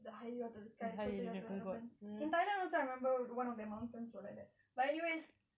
the higher you are to the sky the closer you are to heaven in thailand also I remember one of the mountains were like that but anyway